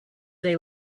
they